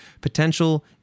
potential